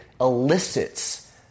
elicits